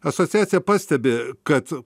asociacija pastebi kad